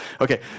okay